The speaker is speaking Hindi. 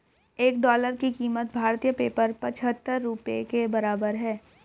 एक डॉलर की कीमत भारतीय पेपर पचहत्तर रुपए के बराबर है